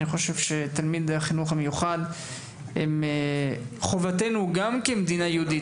אני חושב שתלמידי החינוך המיוחד הם חובתנו גם כמדינה יהודית,